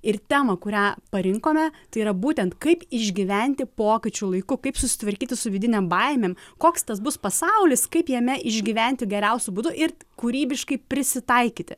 ir temą kurią parinkome tai yra būtent kaip išgyventi pokyčių laiku kaip susitvarkyti su vidinėm baimėm koks tas bus pasaulis kaip jame išgyventi geriausiu būdu ir kūrybiškai prisitaikyti